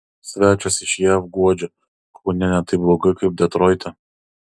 svečias iš jav guodžia kaune ne taip blogai kaip detroite